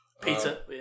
Peter